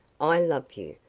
i love you.